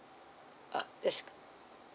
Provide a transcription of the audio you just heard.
uh